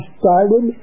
started